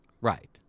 Right